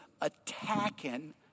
attacking